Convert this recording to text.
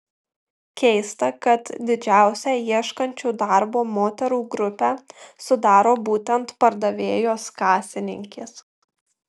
keista kad didžiausią ieškančių darbo moterų grupę sudaro būtent pardavėjos kasininkės